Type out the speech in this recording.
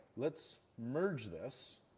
let's merge this,